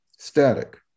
Static